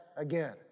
again